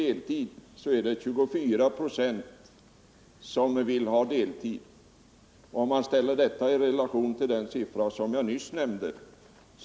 Det är nu 24 procent av de arbetslösa som vill ha deltidsarbete. Detta skall sättas i relation till den siffra jag nyss nämnde.